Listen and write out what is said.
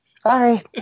Sorry